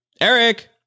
Eric